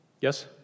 Yes